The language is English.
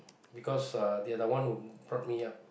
because uh they are the one who brought me up